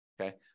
okay